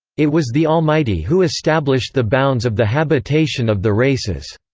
it was the almighty who established the bounds of the habitation of the races.